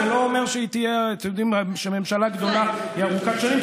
זה לא אומר שממשלה גדולה היא ארוכת שנים,